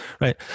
right